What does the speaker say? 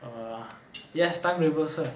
uh yes time reversal